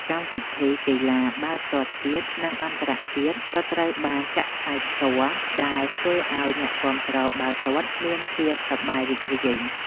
កម្មវិធីកីឡាបាល់ទាត់ជាតិនិងអន្តរជាតិក៏ត្រូវបានចាក់ផ្សាយផ្ទាល់ដែលធ្វើឱ្យអ្នកគាំទ្របាល់ទាត់មានភាពសប្បាយរីករាយ។